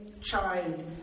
child